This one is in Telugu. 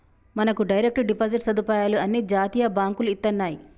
మనకు డైరెక్ట్ డిపాజిట్ సదుపాయాలు అన్ని జాతీయ బాంకులు ఇత్తన్నాయి